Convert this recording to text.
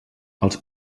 els